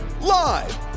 Live